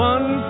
One